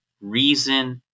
reason